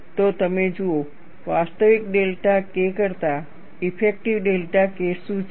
તો તમે જુઓ વાસ્તવિક ડેલ્ટા K કરતાં ઇફેક્ટિવ ડેલ્ટા K શું છે